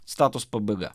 citatos pabaiga